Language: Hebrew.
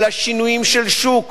אלא שינויים של שוק,